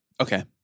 Okay